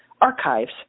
archives